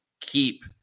keep